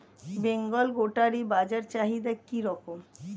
বেঙ্গল গোটারি বাজার চাহিদা কি রকম?